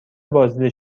بازدید